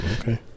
Okay